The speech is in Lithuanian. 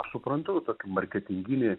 suprantu tokį marketinginį